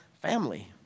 family